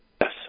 Yes